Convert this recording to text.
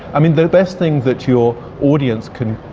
i mean the best thing that your audience can